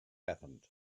happened